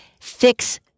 fix